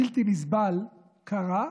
בלתי נסבל, קרה,